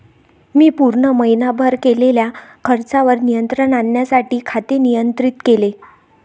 मी पूर्ण महीनाभर केलेल्या खर्चावर नियंत्रण आणण्यासाठी खाते नियंत्रित केले